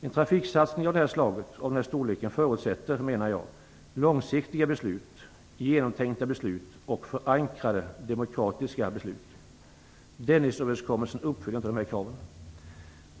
En trafiksatsning av det här slaget och av den här storleken förutsätter, menar jag, långsiktiga beslut, genomtänkta beslut och förankrade demokratiska beslut. Dennisöverenskommelsen uppfyller inte dessa krav.